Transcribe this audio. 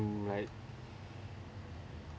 like